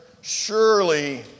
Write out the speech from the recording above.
surely